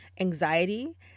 anxiety